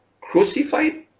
crucified